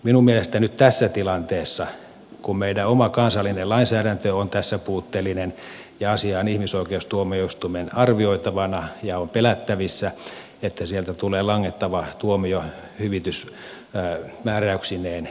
minun mielestäni nyt tässä tilanteessa kun meidän oma kansallinen lainsäädäntömme on tässä puutteellinen ja asia on ihmisoikeustuomioistuimen arvioitavana ja on pelättävissä että sieltä tulee langettava tuomiohyvitys määräyksineen